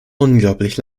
unglaublich